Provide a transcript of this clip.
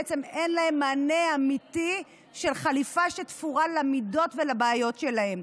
בעצם אין להם מענה אמיתי של חליפה שתפורה למידות ולבעיות שלהם.